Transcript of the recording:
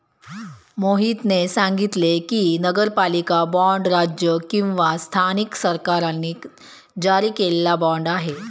मोहितने सांगितले की, नगरपालिका बाँड राज्य किंवा स्थानिक सरकारांनी जारी केलेला बाँड आहे